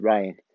Ryan